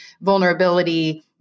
vulnerability